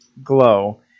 glow